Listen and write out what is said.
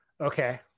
Okay